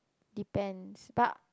depends but